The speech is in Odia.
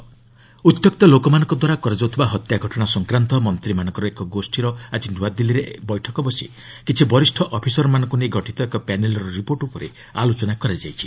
ରାଜନାଥ ଲିଞ୍ଚଙ୍ଗ୍ ମିଟିଙ୍ଗ୍ ଉତ୍ତ୍ୟକ୍ତ ଲୋକମାନଙ୍କଦ୍ୱାରା କରାଯାଉଥିବା ହତ୍ୟା ଘଟଣା ସଂକ୍ରାନ୍ତ ମନ୍ତ୍ରୀମାନଙ୍କ ଏକ ଗୋଷୀର ଆଜି ନ୍ତଆଦିଲ୍ଲୀରେ ବୈଠକ ବସି କିଛି ବରିଷ୍ଠ ଅଫିସରମାନଙ୍କ ନେଇ ଗଠିତ ଏକ ପ୍ୟାନେଲ୍ର ରିପୋର୍ଟ ଉପରେ ଆଲୋଚନା କରାଯାଇଛି